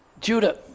Judah